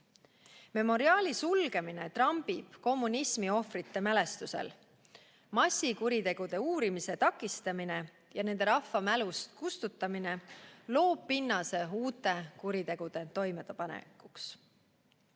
Memoriali sulgemine trambib kommunismiohvrite mälestusel. Massikuritegude uurimise takistamine ja nende rahva mälust kustutamine loob pinnase uute kuritegude toimepanekuks.